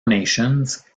nations